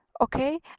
Okay